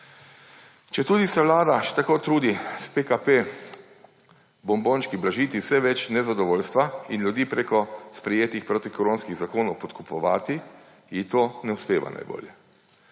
Četudi se vlada še tako trudi s PKP bombončki blažiti vse več nezadovoljstva in ljudi preko sprejetih protikoronskih zakonov podkupovati, ji to ne uspeva najbolje.